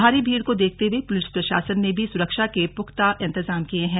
भारी भीड़ को देखते हुए पुलिस प्रशासन ने भी सुरक्षा के पुख्ता इंतजाम किये हैं